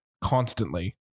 constantly